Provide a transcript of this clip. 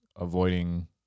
avoiding